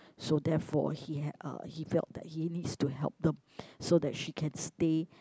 so therefore he had uh he felt that he needs to help them so that she can stay